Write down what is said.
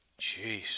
Jeez